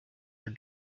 her